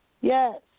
Yes